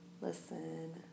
listen